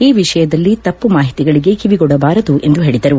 ಈ ವಿಷಯದಲ್ಲಿ ತಪ್ಪು ಮಾಹಿತಿಗಳಿಗೆ ಕಿವಿಗೊಡಬಾರದು ಎಂದು ಹೇಳದರು